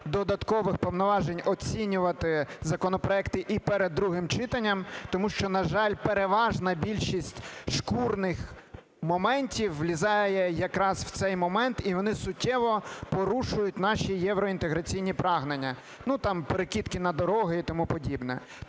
додаткових повноважень оцінювати законопроекти і перед другим читанням, тому що, на жаль, переважна більшість шкурних моментів влізає якраз в цей момент, і вони суттєво порушують наші євроінтеграційні прагнення, ну там перекидки на дороги і тому подібне.